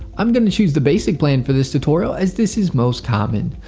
i'm going to choose the basic plan for this tutorial as this is most common.